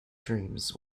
dreams